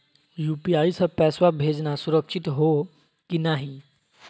UPI स पैसवा भेजना सुरक्षित हो की नाहीं?